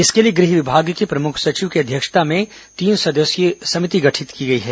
इसके लिए गृह विभाग के प्रमुख सचिव की अध्यक्षता में तीन सदस्यीय समिति गठित की गई है